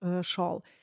shawl